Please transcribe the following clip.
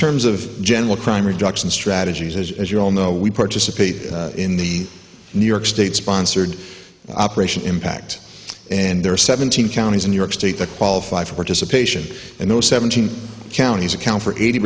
terms of general crime reduction strategies as you all know we participate in the new york state sponsored operation impact and there are seventeen counties in new york state that qualify for participation and those seventeen counties account for eighty